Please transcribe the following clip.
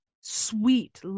sweet